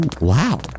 wow